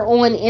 on